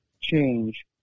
change